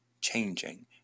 changing